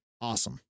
Awesome